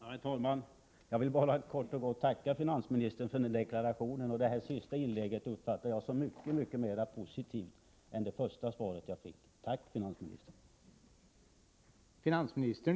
Herr talman! Jag vill bara kort och gott tacka finansministern för den ”deklarationen”. Jag uppfattar detta senaste inlägg som mycket mer positivt än det första svaret. Tack, finansministern.